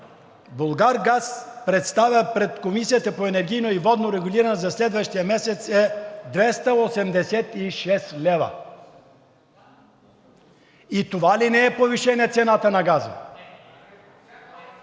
„Булгаргаз“ представя пред Комисията по енергийно и водно регулиране за следващия месец, е 286 лв.?! И това ли не е повишение на цената на газа?